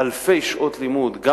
גם